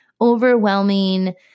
overwhelming